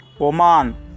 Oman